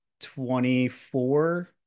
24